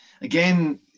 Again